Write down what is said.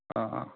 অঁ অঁ